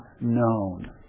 known